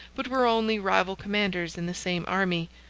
but were only rival commanders in the same army,